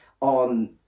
on